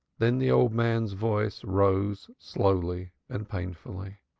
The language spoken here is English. then the old man's voice rose slowly and painfully.